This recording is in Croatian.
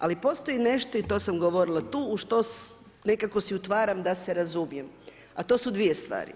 Ali, postoji nešto i to sam govorila tu, u što nekako se utvaram da se razumijem, a to su dvije stvari.